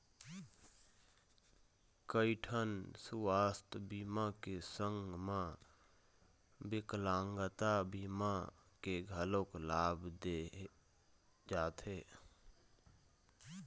कइठन सुवास्थ बीमा के संग म बिकलांगता बीमा के घलोक लाभ दे जाथे